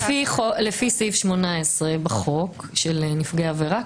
--- לפי סעיף 18 בחוק של נפגעי עבירה,